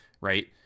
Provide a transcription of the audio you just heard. Right